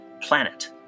planet